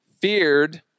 feared